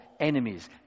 enemies